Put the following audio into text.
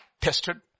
Tested